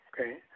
Okay